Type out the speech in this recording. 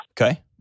Okay